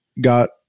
got